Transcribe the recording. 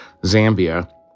zambia